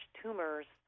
tumors